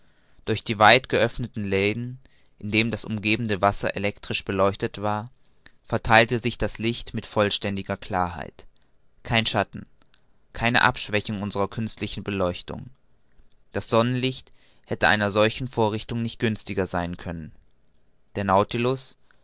durch die weit geöffneten läden indem das umgebende wasser elektrisch beleuchtet war vertheilte sich das licht mit vollständiger klarheit kein schatten keine abschwächung unserer künstlichen beleuchtung das sonnenlicht hätte einer solchen vorrichtung nicht günstiger sein können der